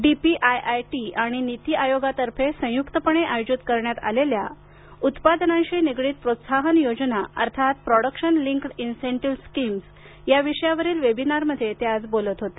DPIIT आणि नीती आयोगातर्फे संयुक्तपणे आयोजित करण्यात आलेल्या उत्पादनांशी निगडीत प्रोत्साहन योजना अर्थात प्रोडक्शन लिंक्ड इंसेनटीव्ह स्कीम्स या विषयावरील वेबिनारमध्ये ते आज बोलत होते